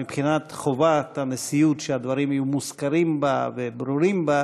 מבחינת חובת הנשיאות שהדברים יהיו מוזכרים בה וברורים בה,